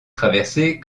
traversées